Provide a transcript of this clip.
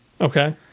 Okay